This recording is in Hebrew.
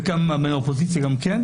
וכמה מהאופוזיציה גם כן.